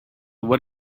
what